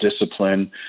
discipline